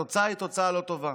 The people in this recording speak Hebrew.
התוצאה היא תוצאה לא טובה.